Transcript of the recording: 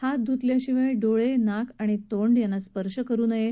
हात धुतल्याशिवाय डोळे नाक आणि तोंड यांना स्पर्श करु नये